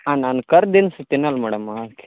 ಹಾಂ ನಾನು ಕರ್ ದಿನ್ಸಿ ತಿನ್ನಲ್ಲ ಮೇಡಮ